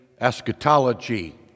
eschatology